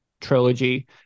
trilogy